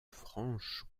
franche